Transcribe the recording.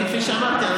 כפי שאמרתי,